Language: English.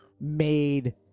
made